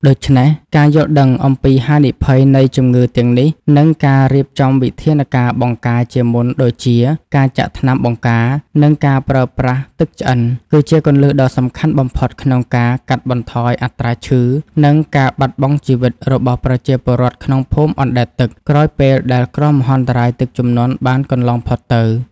ដូច្នេះ ការយល់ដឹងអំពីហានិភ័យនៃជំងឺទាំងនេះ និងការរៀបចំវិធានការបង្ការជាមុនដូចជា ការចាក់ថ្នាំបង្ការ និងការប្រើប្រាស់ទឹកឆ្អិន គឺជាគន្លឹះដ៏សំខាន់បំផុតក្នុងការកាត់បន្ថយអត្រាឈឺ និងការបាត់បង់ជីវិតរបស់ប្រជាពលរដ្ឋក្នុងភូមិអណ្តែតទឹក ក្រោយពេលដែលគ្រោះមហន្តរាយទឹកជំនន់បានកន្លងផុតទៅ។